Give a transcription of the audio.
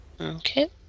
Okay